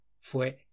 ¿Fue